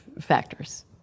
factors